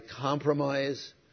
compromise